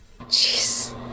Jeez